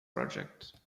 project